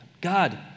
God